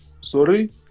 Sorry